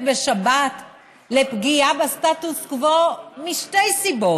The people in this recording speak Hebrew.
בשבת עם פגיעה בסטטוס קוו משתי סיבות: